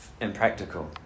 impractical